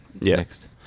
next